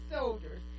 soldiers